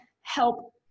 help